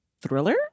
thriller